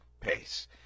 pace